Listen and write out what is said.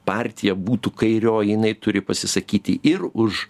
partija būtų kairioji jinai turi pasisakyti ir už